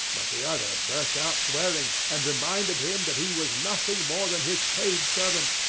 but the other burst out swearing, and reminded him that he was nothing more than his paid servant,